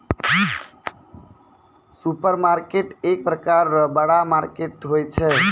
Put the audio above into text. supermarket एक प्रकार रो बड़ा मार्केट होय छै